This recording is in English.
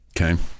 Okay